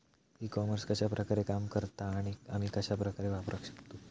E commerce कश्या प्रकारे काम करता आणि आमी कश्या प्रकारे वापराक शकतू?